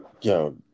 Yo